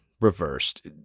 reversed